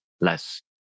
less